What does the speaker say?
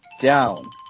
down